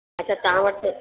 अच्छा तव्हां वटि